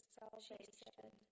salvation